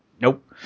Nope